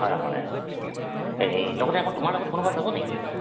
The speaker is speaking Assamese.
হয় হয় এই লগতে আকৌ তোমাৰ লগত কোনোবা যাব নেকি